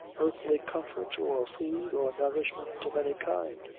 earthly comfort, or food or nourishment of any kind.